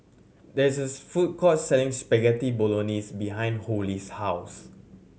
there is food court selling Spaghetti Bolognese behind Holly's house